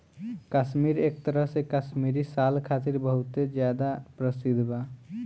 काश्मीर एक तरह से काश्मीरी साल खातिर बहुत ज्यादा प्रसिद्ध बा